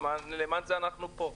למען זה אנחנו פה.